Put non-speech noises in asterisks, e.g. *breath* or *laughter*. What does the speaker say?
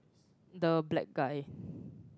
the black guy *breath*